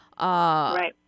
Right